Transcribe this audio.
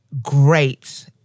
Great